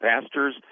pastors